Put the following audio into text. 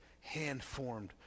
hand-formed